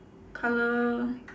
colour